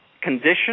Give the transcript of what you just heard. condition